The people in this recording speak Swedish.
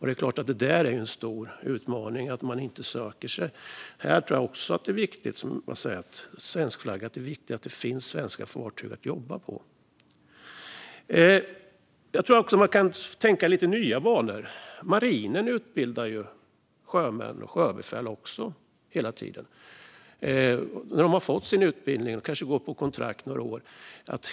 Det är en stor utmaning att människor inte söker sig dit. Det är viktigt att det finns svenskflaggade fartyg att jobba på. Man kan också tänka i lite nya banor. Marinen utbildar också sjömän och sjöbefäl hela tiden. När de har fått sin utbildning går de kanske på kontrakt några år.